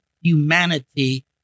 humanity